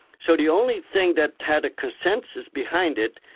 so the only thing that had a consensus behind it,